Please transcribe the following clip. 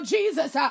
Jesus